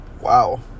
Wow